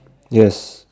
yes